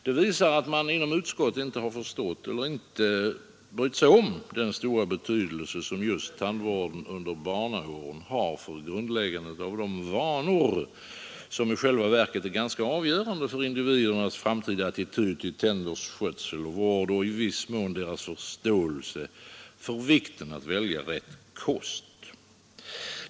Det visar att man inom utskottet inte förstått eller inte brytt sig om den stora betydelse som just tandvården under barnaåren har för grundläggandet av de vanor, som i själva verket är ganska avgörande för individernas framtida attityd till tändernas skötsel och vård och i viss mån deras förståelse för vikten av att välja rätt kost.